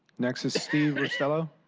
next is steve priscilla.